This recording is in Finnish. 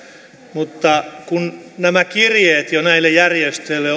mutta kun nämä kirjeet jo näille järjestöille